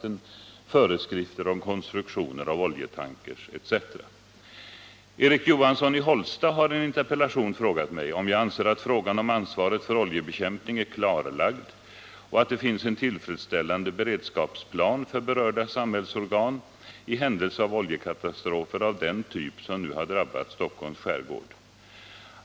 Erik Johansson i Hållsta har i en interpellation frågat mig om jag anser att frågan om ansvaret för oljebekämpning”är klarlagd och att det finns en tillfredsställande beredskapsplan för berörda samhällsorgan i händelse av oljekatastrofer av den typ som nu har drabbat Stockholms skärgård.